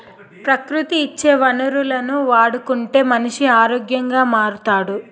ప్రకృతి ఇచ్చే వనరులను వాడుకుంటే మనిషి ఆరోగ్యంగా మారుతాడు